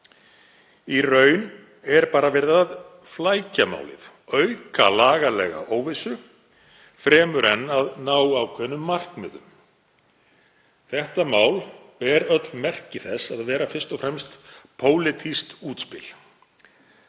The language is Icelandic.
Í raun er bara verið að flækja málið, auka lagalega óvissu fremur en að ná ákveðnum markmiðum. Þetta mál ber öll merki þess að vera fyrst og fremst pólitískt útspil,